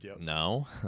no